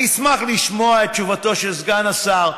אני אשמח לשמוע את תשובתו של סגן השר,